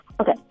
Okay